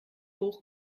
hoch